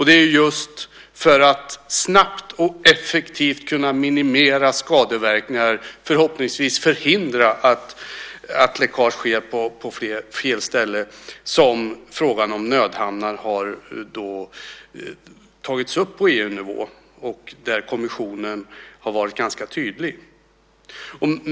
Det är just för att snabbt och effektivt kunna minimera skadeverkningar, och förhoppningsvis förhindra att läckage sker på fel ställe, som frågan om nödhamnar har tagits upp på EU-nivå, och där har kommissionen varit ganska tydlig.